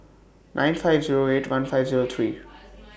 nine five Zero eight one five Zero three